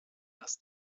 dass